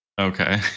Okay